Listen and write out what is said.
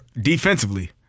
defensively